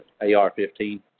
AR-15